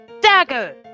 dagger